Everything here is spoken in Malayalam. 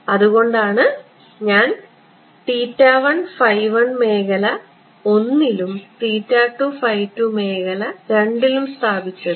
അതുകൊണ്ടാണ് ഞാൻ മേഖല I ലും മേഖല II ലും സ്ഥാപിച്ചത്